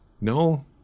No